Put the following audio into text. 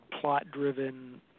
plot-driven